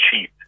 cheap